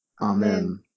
amen